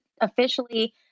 officially